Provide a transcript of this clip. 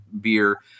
beer